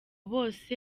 bose